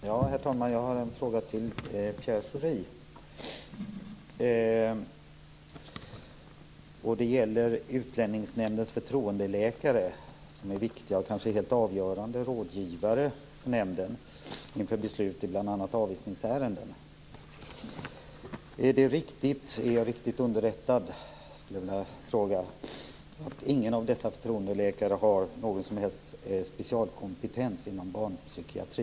Herr talman! Jag har en fråga till Pierre Schori. Det gäller Utlänningsnämndens förtroendeläkare, som är viktiga och kanske helt avgörande rådgivare till nämnden, bl.a. inför beslut i avvisningsärenden. Jag vill fråga om jag är riktigt underrättad om jag säger att ingen av dessa förtroendeläkare har någon som helst specialkompetens inom barnpsykiatri.